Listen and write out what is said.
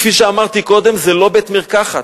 כפי שאמרתי קודם, זה לא בית-מרקחת.